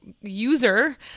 user